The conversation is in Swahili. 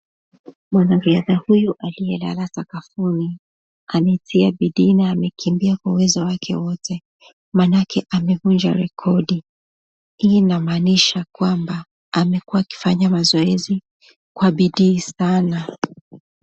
Mwanariadha huyu aliyelala sakafuni ametia bidii na amekimbia kwa uwezo wake wote, maanake amevunja rekodi. Hii inamaanisha kwamba, amekuwa akifanya mazoezi kwa bidii sana.